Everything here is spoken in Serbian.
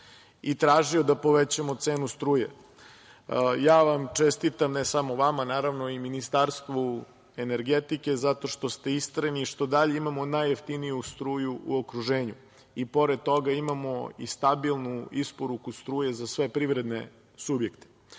i tražio da povećamo cenu struje. Ja vam čestitam, ne samo vama, naravno, i Ministarstvu energetike, zato što ste istrajni i što i dalje imamo najjeftiniju struju u okruženju i pored toga imamo i stabilnu isporuku struje za sve privredne subjekte.